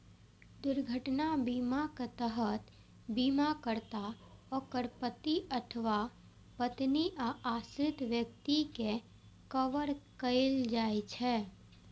दुर्घटना बीमाक तहत बीमाकर्ता, ओकर पति अथवा पत्नी आ आश्रित व्यक्ति कें कवर कैल जाइ छै